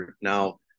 now